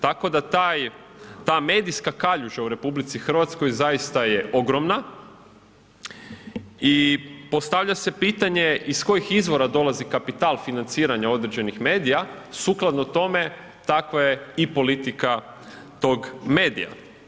Tako da ta medijska kaljuža u RH zaista je ogromna i postavlja se pitanje iz kojih izvora dolazi kapital financiranja određenih medija, sukladno tome, tako je i politika tog medija.